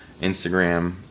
instagram